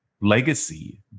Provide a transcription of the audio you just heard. legacy